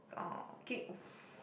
oh kick